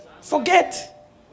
Forget